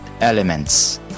elements